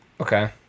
okay